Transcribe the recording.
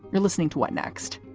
you're listening to what next.